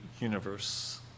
universe